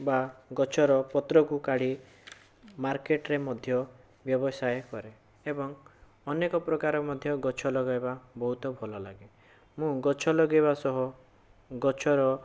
ବା ଗଛର ପତ୍ରକୁ କାଢ଼ି ମାର୍କେଟରେ ମଧ୍ୟ ବ୍ୟବସାୟ କରେ ଏବଂ ଅନେକ ପ୍ରକାରର ମଧ୍ୟ ଗଛ ଲଗେଇବା ବହୁତ ଭଲ ଲାଗେ ମୁଁ ଗଛ ଲଗେଇବା ସହ ଗଛର